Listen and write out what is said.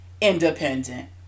independent